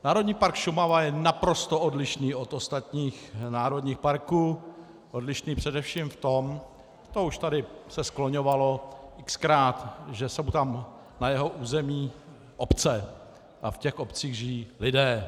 Národní park Šumava je naprosto odlišný od ostatních národních parků, odlišný především v tom to už se tady skloňovalo xkrát že jsou tam na jeho území obce a v těch obcích žijí lidé.